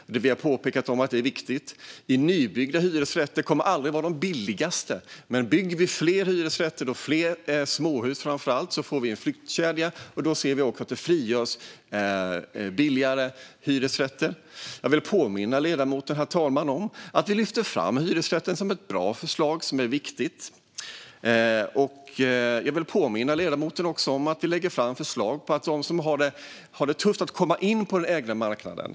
Vi har påpekat att det är viktigt. Nybyggda hyresrätter kommer aldrig att vara de billigaste. Men bygger vi fler hyresrätter och framför allt fler småhus får vi en flyttkedja, och då frigörs billigare hyresrätter. Jag vill, herr talman, påminna ledamoten om att vi lyft fram hyresrätten som något bra och viktigt. Jag vill också påminna ledamoten om att vi lägger fram förslag för dem som har det tufft att komma in på den ägda marknaden.